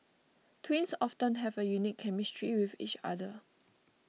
twins often have a unique chemistry with each other